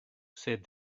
said